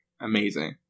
Amazing